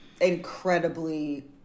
incredibly